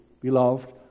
beloved